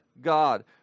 God